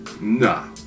Nah